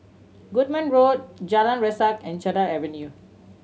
Goodman Road Jalan Resak and Cedar Avenue